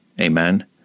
Amen